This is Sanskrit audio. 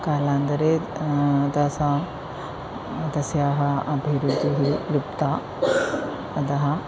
कालान्तरे तस्याः तस्याः अभिरुचिः लुप्ता अतः